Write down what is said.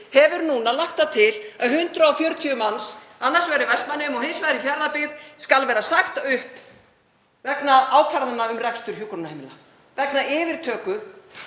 hafi lagt til að 140 manns, annars vegar í Vestmannaeyjum og hins vegar í Fjarðabyggð, skuli sagt upp vegna ákvarðana um rekstur hjúkrunarheimila, vegna yfirtöku